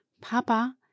Papa